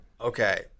Okay